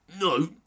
No